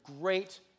great